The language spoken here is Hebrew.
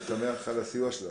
אני שמח על הסיוע שלה.